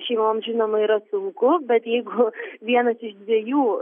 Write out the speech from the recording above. šeimom žinoma yra sunku bet jeigu vienas iš dviejų